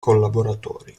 collaboratori